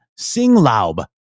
Singlaub